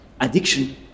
addiction